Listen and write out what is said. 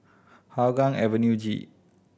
Hougang Avenue G